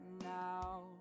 now